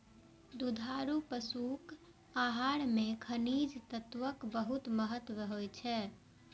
दुधारू पशुक आहार मे खनिज तत्वक बहुत महत्व होइ छै